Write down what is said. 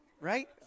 right